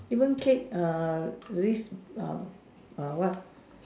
even cake err risk err err what